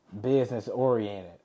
business-oriented